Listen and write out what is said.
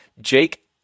Jake